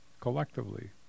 collectively